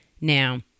Now